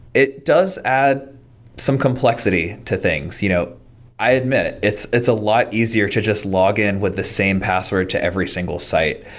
it does add some complexity to things. you know i admit it's it's a lot easier to just log in with the same password to every single site,